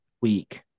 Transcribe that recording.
week